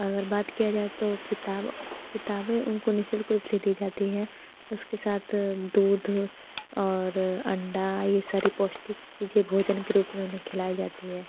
अगर बात किया जाए तो किताब किताबें उनको निशुल्क रूप से दी जाती हैं उसके साथ दूध और अंडा ये सारी पौष्टिक चीज़े भोजन के रूप में उन्हें खिलाई जाती हैं